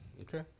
okay